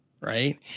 right